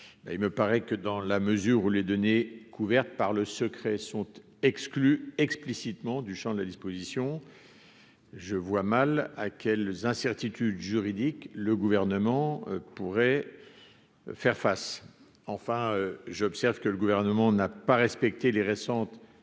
il me paraît que dans la mesure où les données couvertes par le secret sont exclus explicitement du Champ de la disposition, je vois mal à quelle incertitude juridique, le gouvernement pourrait faire face, enfin, j'observe que le gouvernement n'a pas respecté les récentes